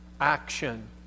action